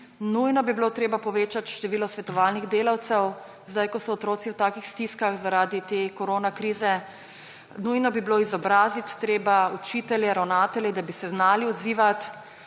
Nujno bi bilo treba povečati število svetovalnih delavcev, sedaj ko so otroci v takih stiskah zaradi te korona krize. Nujno bi bilo treba izobraziti učitelje, ravnatelje, da bi se znali odzivati.